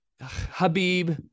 Habib